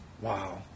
Wow